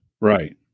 Right